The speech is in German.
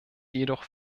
jedoch